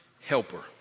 helper